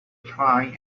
try